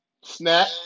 Snap